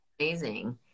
amazing